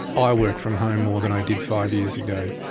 i work from home more than i did five years ago.